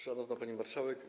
Szanowna Pani Marszałek!